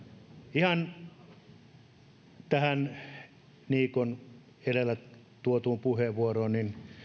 tähän niikon edellä tuomaan puheenvuoroon